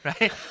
right